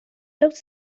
looked